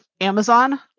Amazon